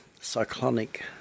cyclonic